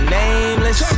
nameless